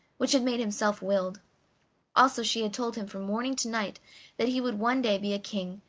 which had made him self-willed also she had told him from morning to night that he would one day be a king,